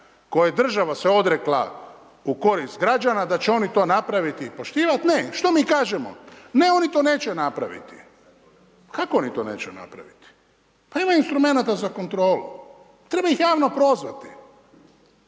koje država se odrekla u korist građana, da će oni to napraviti i poštivati, ne, što mi kažemo? Ne, oni to neće napraviti. Kako oni to neće napraviti? Pa imaju instrumenata za kontrolu, treba ih javno prozvati.